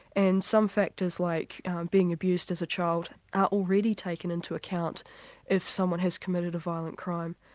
and some factors like being abused as a child are already taken into account if someone has committed a violent crime.